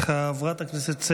חבר הכנסת מאיר כהן, מעוניין?